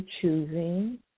choosing